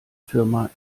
firma